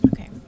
Okay